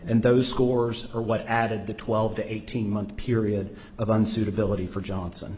and those scores are what added the twelve to eighteen month period of unsuitability for johnson